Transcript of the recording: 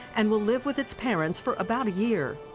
and will live with its parents for about a year.